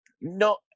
No